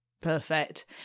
Perfect